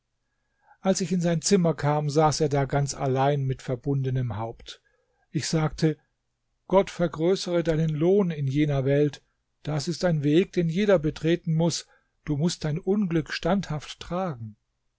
als ich in sein zimmer kam saß er da ganz allein mit verbundenem haupt ich sagte gott vergrößere deinen lohn in jener welt das ist ein weg den jeder betreten muß du mußt dein unglück standhaft tragen